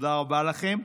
תודה רבה לכם.